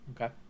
Okay